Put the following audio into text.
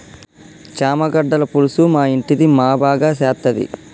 చామగడ్డల పులుసు మా ఇంటిది మా బాగా సేత్తది